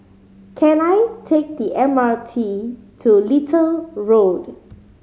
can I take the M R T to Little Road